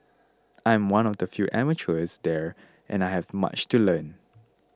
I am one of the few amateurs there and I have much to learn